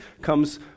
comes